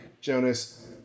Jonas